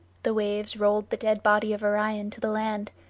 the waves rolled the dead body of orion to the land,